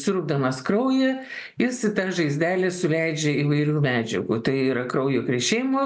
siurbdamas kraują jis į tą žaizdelę suleidžia įvairių medžiagų tai yra kraujo krešėjimo